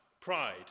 Pride